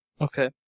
Okay